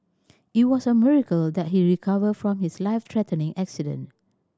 it was a miracle that he recovered from his life threatening accident